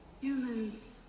Humans